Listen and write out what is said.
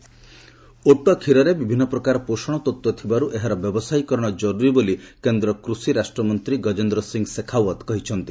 camel milk ଓଟ କ୍ଷୀରରେ ବିଭିନ୍ନ ପ୍ରକାର ପୋଷଣ ତତ୍ତ୍ୱ ଥିବାରୁ ଏହାର ବ୍ୟବସାୟୀକରଣ ଜରୁରୀ ବୋଲି କେନ୍ଦ୍ର କୃଷିରାଷ୍ଟ୍ରମନ୍ତ୍ରୀ ଗଜେନ୍ଦ୍ର ସିଂ ଶେଖାଓ୍ୱତ କହିଛନ୍ତି